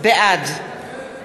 בעד